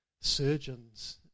surgeons